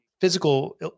physical